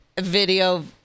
video